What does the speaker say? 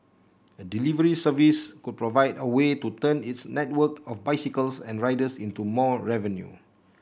a delivery service could provide a way to turn its network of bicycles and riders into more revenue